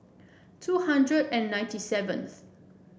two hundred and ninety seventh